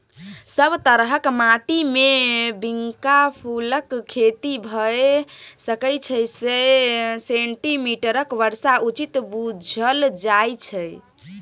सब तरहक माटिमे बिंका फुलक खेती भए सकै छै सय सेंटीमीटरक बर्षा उचित बुझल जाइ छै